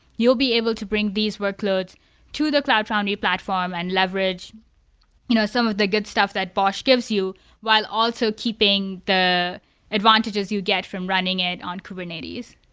you'll be able to bring these workloads to the cloud foundry platform and leverage you know some of the good stuff that bosh gives you while also keeping the advantages you'd get from running it on kubernetes.